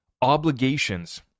obligations